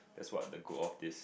that's what the goal of this